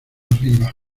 arriba